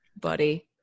buddy